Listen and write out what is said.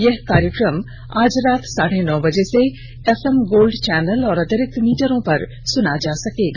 यह कार्यक्रम आज रात साढे नौ बजे से एफएम गोल्ड चैनल और अतिरिक्त मीटरों पर सुना जा सकता है